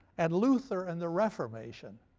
and luther and the reformation.